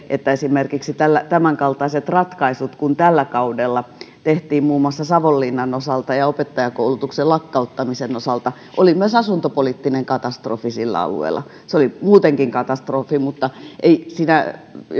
että esimerkiksi tämänkaltaiset ratkaisut kuin tällä kaudella tehtiin muun muassa savonlinnan osalta ja ja opettajakoulutuksen lakkauttamisen osalta olivat myös asuntopoliittinen katastrofi sillä alueella se oli muutenkin katastrofi mutta